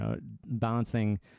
balancing